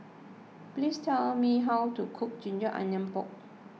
Please tell me how to cook Ginger Onions Pork